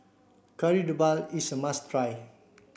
Kari Debal is a must try